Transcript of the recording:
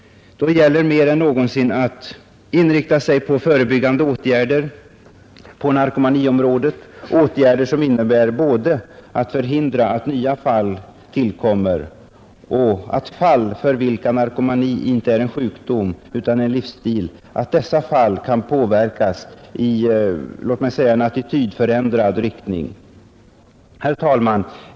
Då gäller det mer än någonsin att inrikta sig på förebyggande åtgärder på narkomaniområdet både för att förhindra att nya fall tillkommer och — i fall för vilka narkomanin inte är en sjukdom utan en livsstil — att dessa fall kan påverkas i attitydsförändrad riktning. Herr talman!